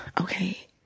okay